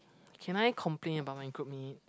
can I complain about my group mate